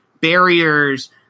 barriers